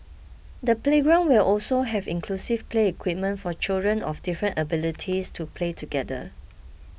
the playground will also have inclusive play equipment for children of different abilities to play together